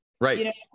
Right